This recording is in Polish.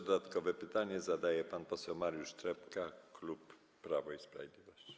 Dodatkowe pytanie zadaje pan poseł Mariusz Trepka, klub Prawo i Sprawiedliwość.